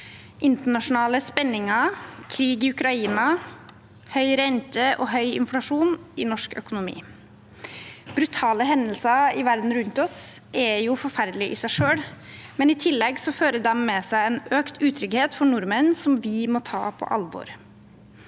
internasjonale spenninger, krig i Ukraina, høy rente og høy inflasjon i norsk økonomi. Brutale hendelser i verden rundt oss er jo forferdelig i seg selv, men i tillegg fører de med seg en økt utrygghet for nordmenn, som vi må ta på alvor.